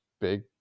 big